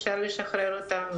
אפשר לשחרר אותם,